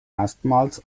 erstmals